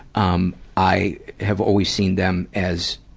um, i have always seen them as,